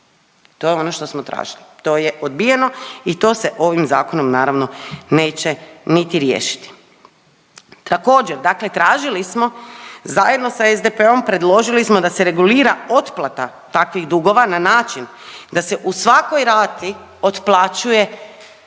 to je ono što smo tražili. To je odbijeno i to se ovim zakonom naravno neće niti riješiti. Također dakle tražili smo, zajedno sa SDP-om predložili smo da se regulira otplata takvih dugova na način da se u svakoj rati otplaćuje